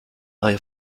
reihe